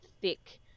thick